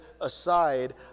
aside